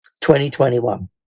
2021